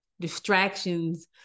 distractions